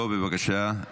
בוא, בבקשה.